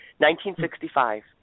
1965